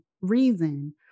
reason